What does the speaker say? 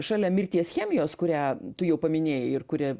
šalia mirties chemijos kurią tu jau paminėjai ir kuri